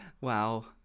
Wow